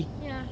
ya